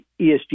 esg